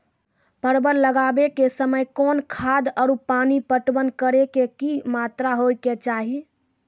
परवल लगाबै के समय कौन खाद आरु पानी पटवन करै के कि मात्रा होय केचाही?